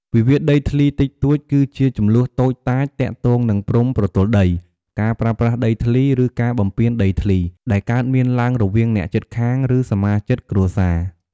វិវាទដីធ្លីតិចតួច គឺជាជម្លោះតូចតាចទាក់ទងនឹងព្រំប្រទល់ដី ការប្រើប្រាស់ដីធ្លី ឬការបំពានដីធ្លី ដែលកើតមានឡើងរវាងអ្នកជិតខាង ឬសមាជិកគ្រួសារ។